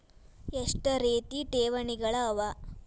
ಎಷ್ಟ ರೇತಿ ಠೇವಣಿಗಳ ಅವ?